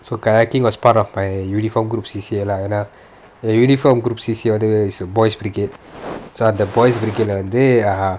so kayaking was part of my uniform group C_C_A lah you know uniform group C_C_A வந்து:vanthu is err boys brigade so அந்த:antha boys brigade leh வந்து:vanthu err